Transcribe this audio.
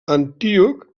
antíoc